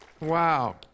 Wow